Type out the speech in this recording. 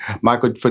michael